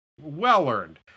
Well-earned